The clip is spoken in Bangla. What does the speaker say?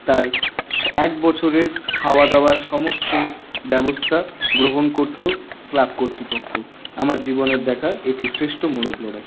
তার এক বছরের খাওয়া দাওয়ার সমস্ত ব্যবস্থা গ্রহণ করতো ক্লাব কর্তৃপক্ষ আমার জীবনে দেখা এটি শ্রেষ্ঠ মোরগ লড়াই